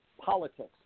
politics